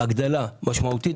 הגדלה משמעותית,